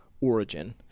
origin